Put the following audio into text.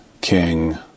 king